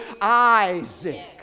Isaac